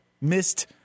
missed